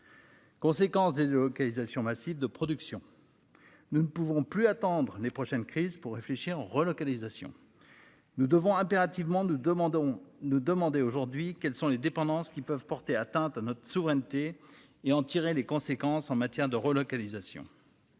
Conséquence des délocalisations massives de production. Nous ne pouvons plus attendre les prochaines crises pour réfléchir relocalisation. Nous devons impérativement nous demandons nous demander aujourd'hui quelles sont les dépendances qui peuvent porter atteinte à notre souveraineté et en tirer les conséquences en matière de relocalisation.